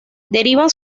derivan